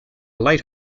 light